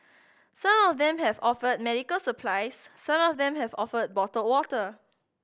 some of them have offered medical supplies some of them have offered bottled water